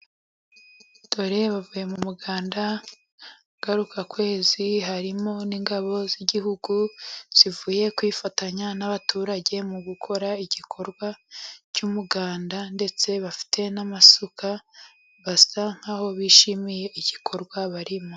Dore bavuye mu muganda ngarukakwezi. Harimo n'ingabo z'igihugu zivuye kwifatanya n'abaturage mu gukora igikorwa cy'umuganda. Ndetse bafite n'amasuka basa nk'aho bishimiye igikorwa barimo.